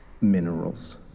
minerals